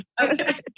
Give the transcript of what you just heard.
okay